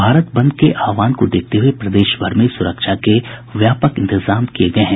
भारत बंद के आहवान को देखते हए प्रदेश भर में सुरक्षा के व्यापक इंतजाम किये हैं